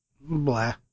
blah